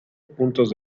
puntos